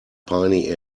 piny